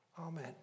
Amen